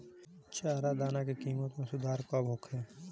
चारा दाना के किमत में सुधार कब होखे?